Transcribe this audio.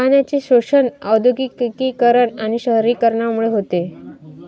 पाण्याचे शोषण औद्योगिकीकरण आणि शहरीकरणामुळे होते